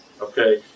okay